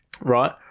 Right